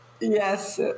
Yes